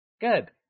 good